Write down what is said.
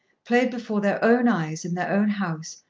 played before their own eyes in their own house,